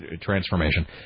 Transformation